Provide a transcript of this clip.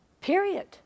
Period